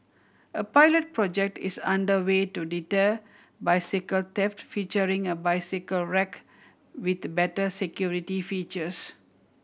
a pilot project is under way to deter bicycle theft featuring a bicycle rack with better security features